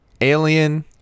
alien